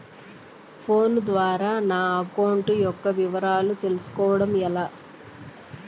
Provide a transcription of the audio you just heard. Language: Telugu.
ఫోను ద్వారా నా అకౌంట్ యొక్క వివరాలు తెలుస్కోవడం ఎలా?